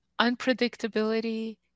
unpredictability